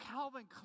Calvin